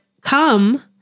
come